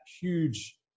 huge